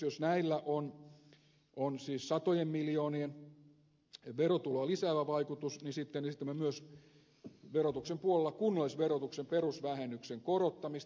jos näillä edellisillä on siis satojen miljoonien verotuloja lisäävä vaikutus niin sitten esitämme myös verotuksen puolella kunnallisverotuksen perusvähennyksen korottamista